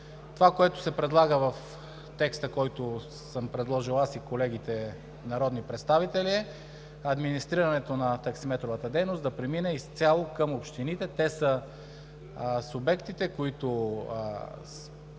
Това, което се предлага в текста, който сме предложили аз и колегите народни представители, е администрирането на таксиметровата дейност да премине изцяло към общините. Те са субектите, които